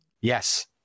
Yes